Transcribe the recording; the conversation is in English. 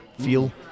feel